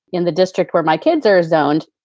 in the district where my kids are zoned,